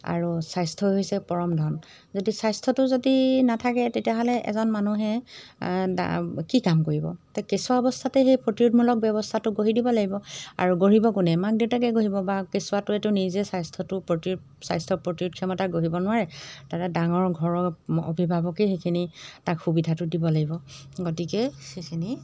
আৰু স্বাস্থ্যই হৈছে পৰম ধন যদি স্বাস্থ্যটো যদি নাথাকে তেতিয়াহ'লে এজন মানুহে কি কাম কৰিব তো কেঁচুৱা অৱস্থাতে সেই প্ৰতিৰোধূলক ব্যৱস্থাটো গঢ়ি দিব লাগিব আৰু গঢ়িব কোনে মাক দেউতাকে গঢ়িব বা কেঁচুৱাটো নিজে স্বাস্থ্যটো প্ৰতি স্বাস্থ্য প্ৰতিৰোধ ক্ষমতা গঢ়িব নোৱাৰে তাৰে ডাঙৰ ঘৰৰ অভিভাৱকেই সেইখিনি তাক সুবিধাটো দিব লাগিব গতিকে সেইখিনি